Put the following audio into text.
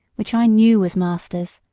which i knew was master's